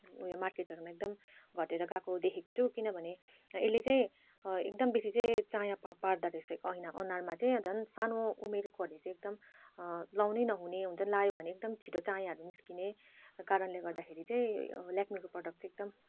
मार्केटहरूमा एकदम घटेर गएको देखेको छु किनभने यसले चाहिँ एकदम बेसी चाहिँ चाया पार्दा रहेछ ऐना अनुहारमा चाहिँ झन् सानो उमेरकोले चाहिँ एकदम लाउनै नहुने लगायो भने एकदम छिटो चायाहरू निस्किने कारणले गर्दाखेरि चाहिँ अब ल्याक्मेको प्रडक्ट चाहिँ एकदम